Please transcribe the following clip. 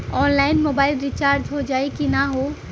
Online mobile recharge हो जाई की ना हो?